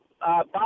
Bob